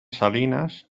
salinas